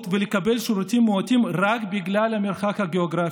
ולקבל שירותים מועטים רק בגלל המרחק הגיאוגרפי.